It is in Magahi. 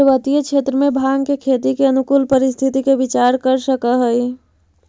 पर्वतीय क्षेत्र में भाँग के खेती के अनुकूल परिस्थिति के विचार कर सकऽ हई